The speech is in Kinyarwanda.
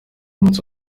umunsi